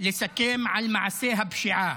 אחמד טיבי (חד"ש-תע"ל): -- לסכם על מעשי הפשיעה,